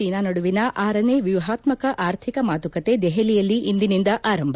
Bharat China ನಡುವಿನ ಆರನೇ ವ್ಯೂಹಾತ್ಮಕ ಅರ್ಥಿಕ ಮಾತುಕತೆ ದೆಹಲಿಯಲ್ಲಿ ಇಂದಿನಿಂದ ಆರಂಭ